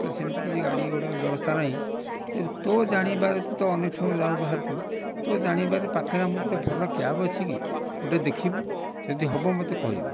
ମୁଁ ତ ସେମିତି କିଛି ଗାଡ଼ି ଘୋଡ଼ା ବ୍ୟବସ୍ଥା ନାହିଁ ତେଣୁ ତୋ ଜାଣିବାରେ ତୁ ତ ଅନେକ ସମୟରେ ଯାଉ ବାହାରକୁ ତୋ ଜାଣିବାରେ ପାଖରେ ଆମର କେଉଁଠି ଭଲ କ୍ୟାବ୍ ଅଛି କି ଗୋଟେ ଦେଖିବୁ ଯଦି ହେବ ମୋତେ କହିବୁ